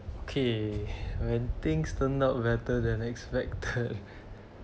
okay when things turn out better than expected